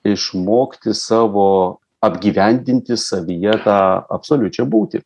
išmokti savo apgyvendinti savyje tą absoliučią būtį